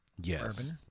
Yes